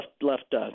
left